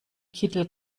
kittel